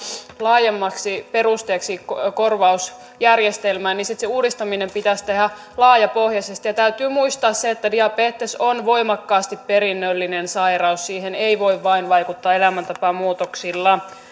laajemmaksi perusteeksi korvausjärjestelmään niin sitten se uudistaminen pitäisi tehdä laajapohjaisesti täytyy muistaa se että diabetes on voimakkaasti perinnöllinen sairaus siihen ei voi vaikuttaa vain elämäntapamuutoksilla